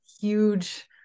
huge